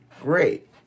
great